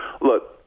look